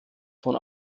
von